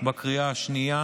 בקריאה השנייה